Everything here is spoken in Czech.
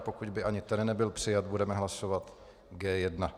Pokud by ani ten nebyl přijat, budeme hlasovat G1.